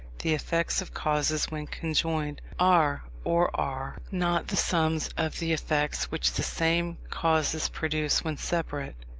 the effects of causes when conjoined, are or are not the sums of the effects which the same causes produce when separate.